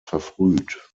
verfrüht